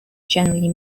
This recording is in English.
generally